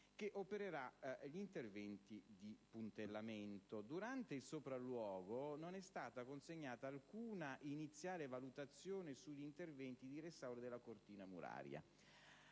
che opererà gli interventi di puntellamento. Durante il sopralluogo non è stata consegnata alcuna iniziale valutazione sugli interventi di restauro della cortina muraria.